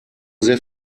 sehr